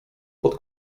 pod